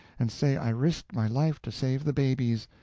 and say i risked my life to save the baby's,